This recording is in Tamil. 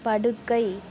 படுக்கை